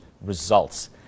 results